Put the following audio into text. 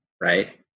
right